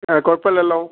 കുഴപ്പം ഇല്ലല്ലോ